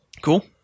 cool